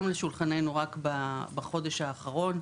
לשולחננו רק בחודש האחרון.